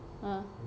uh